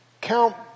count